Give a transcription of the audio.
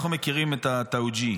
אנחנו מכירים את התאוג'יהי.